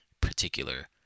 particular